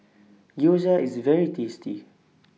Gyoza IS very tasty